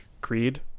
Creed